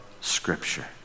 Scripture